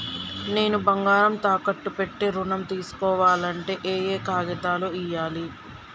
నేను బంగారం తాకట్టు పెట్టి ఋణం తీస్కోవాలంటే ఏయే కాగితాలు ఇయ్యాలి?